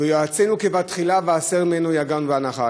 "ויועצינו כבתחילה והסר ממנו יגון ואנחה".